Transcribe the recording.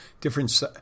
Different